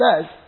says